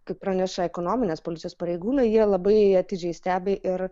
kaip praneša ekonominės policijos pareigūnai jie labai atidžiai stebi ir